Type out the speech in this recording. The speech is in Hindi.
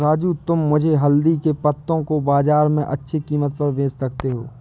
राजू तुम मुझे हल्दी के पत्तों को बाजार में अच्छे कीमत पर बेच सकते हो